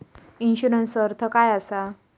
इन्शुरन्सचो अर्थ काय असा?